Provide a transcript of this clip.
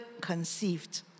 conceived